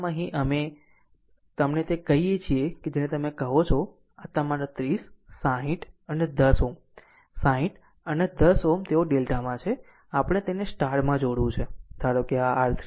આમ અહીં અમે તમને તે કહીએ છીએ કે જેને તમે કહો છો કે આ તમારા 30 60 અને 10 Ω 60 અને 10 Ω તેઓ તે ડેલ્ટામાં છે આપણે તેને સ્ટારમાં જોડવું પડશે